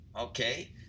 okay